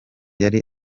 yari